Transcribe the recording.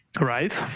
right